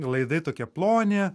laidai tokie ploni